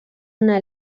una